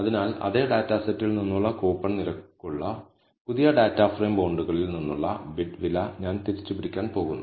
അതിനാൽ അതേ ഡാറ്റാ സെറ്റിൽ നിന്നുള്ള കൂപ്പൺ നിരക്കുള്ള പുതിയ ഡാറ്റ ഫ്രെയിം ബോണ്ടുകളിൽ നിന്നുള്ള ബിഡ് വില ഞാൻ തിരിച്ചുപിടിക്കാൻ പോകുന്നു